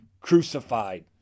crucified